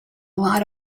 lot